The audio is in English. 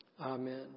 Amen